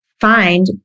find